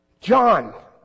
John